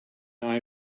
eye